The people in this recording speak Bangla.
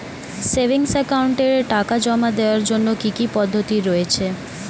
সেভিংস একাউন্টে টাকা জমা দেওয়ার জন্য কি কি পদ্ধতি রয়েছে?